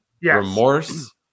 remorse